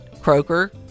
Croaker